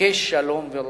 בקש שלום ורדפהו".